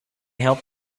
help